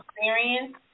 experience